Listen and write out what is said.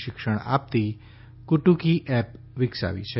શિક્ષણ આપતી કુટુકી એપ વિકસાવી છે